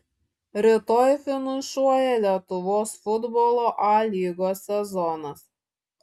rytoj finišuoja lietuvos futbolo a lygos sezonas